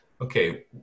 okay